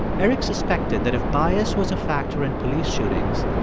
eric suspected that if bias was a factor in police shootings,